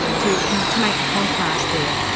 to to make the contrast there,